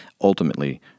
ultimately